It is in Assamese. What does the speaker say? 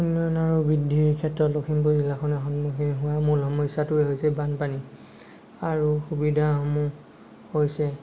উন্নয়ন আৰু বৃদ্ধিৰ ক্ষেত্ৰত লখিমপুৰ জিলাখনে সন্মুখীন হোৱা মূল সমস্যাটো হৈছে বানপানী আৰু সুবিধাসমূহ হৈছে